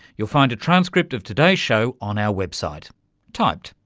you'll find a transcript of today's show on our website typed,